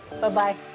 Bye-bye